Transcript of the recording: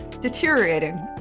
deteriorating